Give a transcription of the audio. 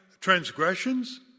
transgressions